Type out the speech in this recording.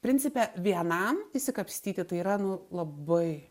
principe vienam išsikapstyti tai yra nu labai